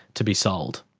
to be sold.